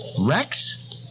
Rex